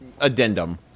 addendum